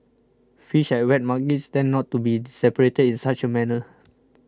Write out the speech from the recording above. fish at wet markets tend not to be separated in such a manner